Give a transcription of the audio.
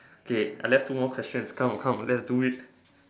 okay I left two more questions come come let's do it